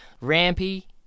Rampy